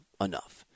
enough